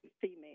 female